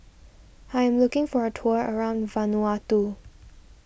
I am looking for a tour around Vanuatu